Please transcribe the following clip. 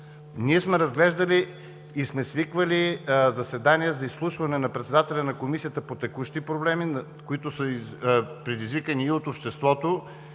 ние сме разглеждали и сме свиквали заседания за изслушване на председателя на Комисията по текущи проблеми, които са предизвикани от обществото,